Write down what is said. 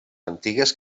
antigues